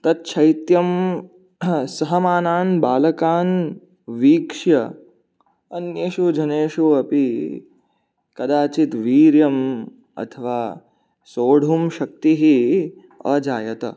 तत् शैत्यं सहमानान् बालकान् वीक्ष्य अन्येषु जनेषु अपि कदाचित् वीर्यम् अथवा सोढुं शक्तिः अजायत